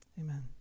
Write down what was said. Amen